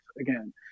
again